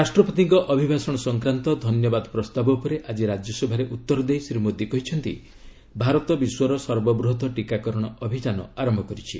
ରାଷ୍ଟ୍ରପତିଙ୍କ ଅଭିଭାଷଣ ସଂକ୍ରାନ୍ତ ଧନ୍ୟବାଦ ପ୍ରସ୍ତାବ ଉପରେ ଆଜି ରାଜ୍ୟସଭାରେ ଉତ୍ତର ଦେଇ ଶ୍ରୀ ମୋଦୀ କହିଛନ୍ତି ଭାରତ ବିଶ୍ୱର ସର୍ବବୃହତ ଟିକାକରଣ ଅଭିଯାନ ଆରମ୍ଭ କରିଛି